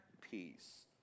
peace